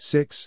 Six